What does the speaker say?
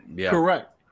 Correct